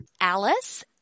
Alice